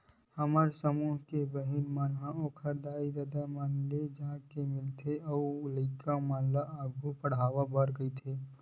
हमर समूह के बहिनी मन ह ओखर दाई ददा मन ले जाके मिलथे अउ लइका मन ल आघु पड़हाय बर कहिथे